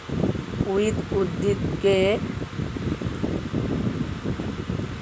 weed উদ্ভিদকে নিয়ন্ত্রণ করতে হলে বিভিন্ন রকমের সার ছড়াতে হয়